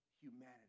humanity